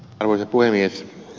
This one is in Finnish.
arvoisa puhemies